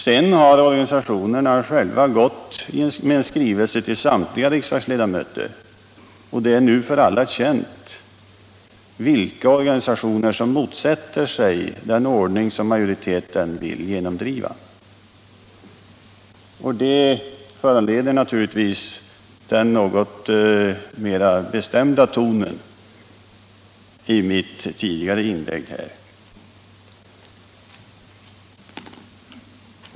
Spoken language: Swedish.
Sedan har organisationerna själva gått ut med en skrivelse till samtliga riksdagsledamöter, och det är nu för alla känt vilka organisationer som motsätter sig den ordning som majoriteten vill genomdriva. Det föranledde naturligtvis den något mera bestämda tonen i mitt tidigare inlägg.